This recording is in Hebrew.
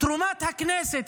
תרומת הכנסת,